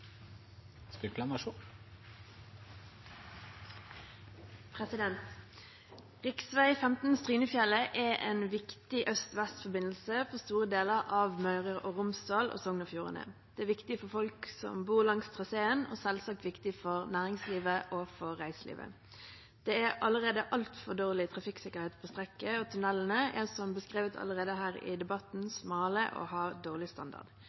en viktig øst–vest-forbindelse på store deler av Møre og Romsdal og Sogn og Fjordane. Den er viktig for folk som bor langs traseen, og selvsagt viktig for næringslivet og reiselivet. Det er allerede altfor dårlig trafikksikkerhet på strekket, og tunnelene er, som allerede beskrevet her i debatten, smale og har dårlig standard.